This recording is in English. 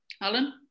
Alan